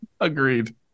Agreed